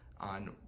on